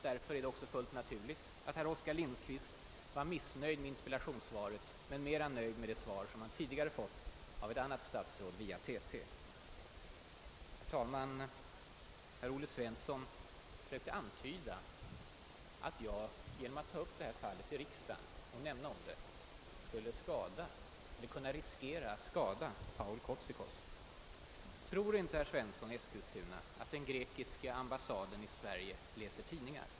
Därför är det fullt naturligt att herr Oskar Lind kvist var missnöjd med interpellationssvaret men mera nöjd med det svar, som han tidigare fått av ett annat statsråd via TT. Herr Olle Svensson antydde att jag genom att ta upp det här fallet i riksdagen skulle riskera att skada Paul Kotzikos. Tror inte herr Svensson i Eskilstuna att den grekiska ambassaden i Sverige läser tidningar?